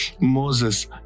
Moses